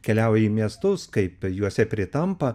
keliauja į miestus kaip juose pritampa